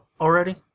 already